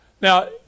Now